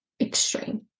extreme